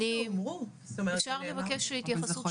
אני לא אעשה את זה.